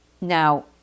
Now